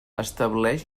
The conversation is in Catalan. estableix